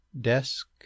desk